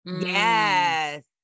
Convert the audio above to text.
Yes